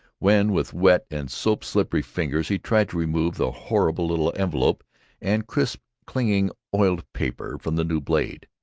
when with wet and soap-slippery fingers he tried to remove the horrible little envelope and crisp clinging oiled paper from the new blade.